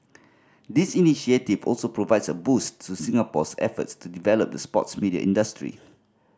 this initiative also provides a boost to Singapore's efforts to develop the sports media industry